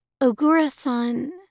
Ogura-san